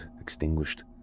extinguished